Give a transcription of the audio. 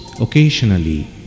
occasionally